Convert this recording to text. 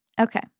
Okay